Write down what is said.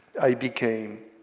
i became